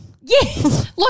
Yes